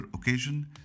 occasion